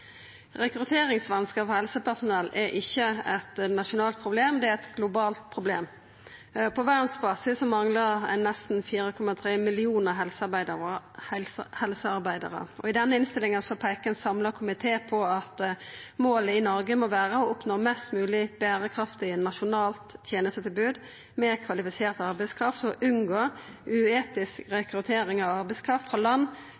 Rekrutteringsvanskar for helsepersonell er ikkje eit nasjonalt problem, det er eit globalt problem. På verdsbasis manglar ein nesten 4,3 millionar helsearbeidarar, og i denne innstillinga peiker ein samla komité på at målet i Noreg må vera å oppnå eit mest mogleg berekraftig nasjonalt tenestetilbod med kvalifisert arbeidskraft og unngå uetisk rekruttering av arbeidskraft frå land